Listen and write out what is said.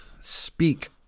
speak